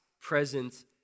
present